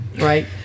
right